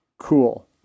cool